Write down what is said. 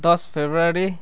दस फेब्रुअरी